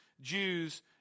Jews